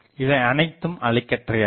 இவை அனைத்தும் அலைக்கற்றையாகும்